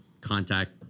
contact